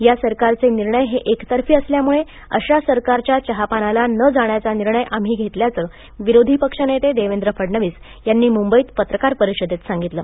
या सरकारचे निर्णय हे एकतर्फी असल्यामुळे अशा सरकारच्या चहापानाला न जाण्याचा निर्णय आम्ही घेतल्याचे विरोधी पक्षनेते देवेंद्र फडणवीस यांनी मुंबईत पत्रकार परिषदेत सांगितले